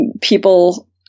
people